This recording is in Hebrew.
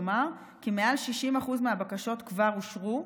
לומר כי מעל 60% מהבקשות כבר אושרו,